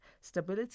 stability